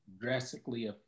drastically